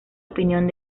opinión